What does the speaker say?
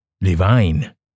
divine